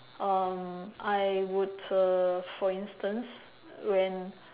um I would uh for instance when